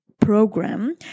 program